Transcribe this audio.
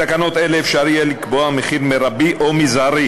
בתקנות אלה אפשר יהיה לקבוע מחיר מרבי או מזערי